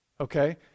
Okay